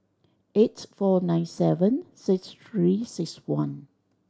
eight four nine seven six Three Six One